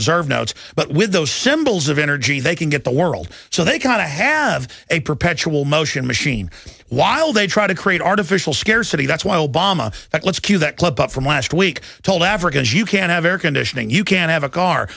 reserve notes but with those symbols of energy they can get the world so they kind of have a perpetual motion machine while they try to create artificial scarcity that's why obama that let's cue that clip up from last week told africans you can't have air conditioning you can't have a car